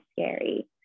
scary